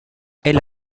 elle